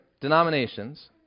denominations